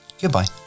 Goodbye